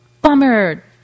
bummer